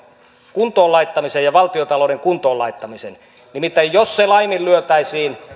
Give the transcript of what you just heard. kuntoon laittamisen ja valtiontalouden kuntoon laittamisen nimittäin jos se laiminlyötäisiin